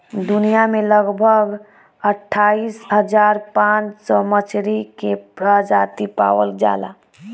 दुनिया में लगभग अट्ठाईस हज़ार पाँच सौ मछरी के प्रजाति पावल जाला